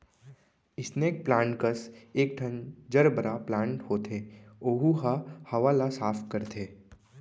snake plant कस एकठन gerbera plant होथे ओहू ह हवा ल साफ करथे